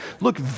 look